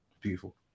Beautiful